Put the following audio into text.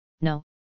no